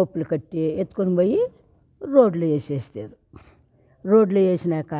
ఓపులు కట్టి ఎత్తుకొని పోయి రోడ్లో వేసేస్తారు రోడ్లో వేసేసినాక